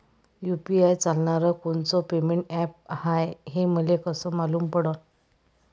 UPI चालणारं कोनचं payment app हाय, हे मले कस मालूम पडन?